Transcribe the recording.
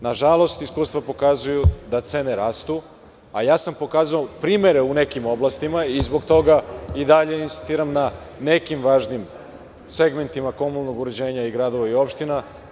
Nažalost, iskustva pokazuju da cene rastu, a ja sam pokazao primere u nekim oblastima i zbog toga i dalje insistiram na nekim važnim segmentima komunalnog uređenja i gradova i opština.